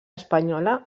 espanyola